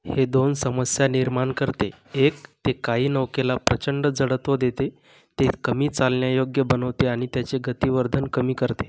हे दोन समस्या निर्माण करते एक ते कायी नौकेला प्रचंड जडत्व देते ते कमी चालण्यायोग्य बनवते आणि त्याचे गतिवर्धन कमी करते